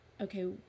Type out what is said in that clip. okay